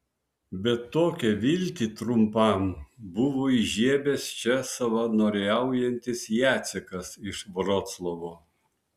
bet tokią viltį trumpam buvo įžiebęs čia savanoriaujantis jacekas iš vroclavo